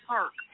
Park